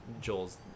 Joel's